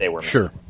Sure